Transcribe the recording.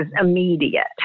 immediate